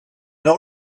not